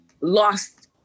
lost